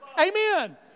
Amen